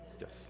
Yes